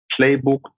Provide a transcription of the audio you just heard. playbook